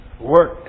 work